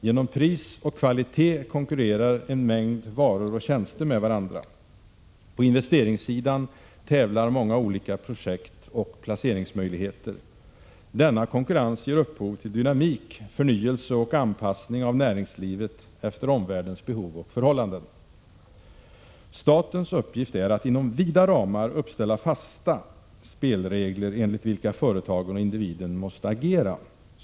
Genom pris och kvalitet konkurrerar en stor mängd varor och tjänster med varandra. På investeringssidan tävlar många olika projekt och placeringsmöjligheter. Denna konkurrens ger upphov till dynamik, förnyelse och anpassning av näringslivet efter omvärldens behov och förhållanden. Statens uppgift är att inom vida ramar uppställa fasta spelregler, enligt vilka företagen och individerna måste agera.